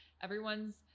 Everyone's